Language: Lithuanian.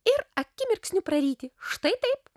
ir akimirksniu praryti štai taip